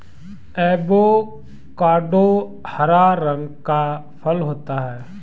avocado हरा रंग का फल होता है